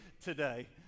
today